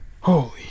holy